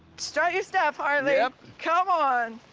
strut your stuff, harley. yep. come on.